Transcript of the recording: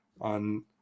on